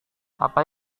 apa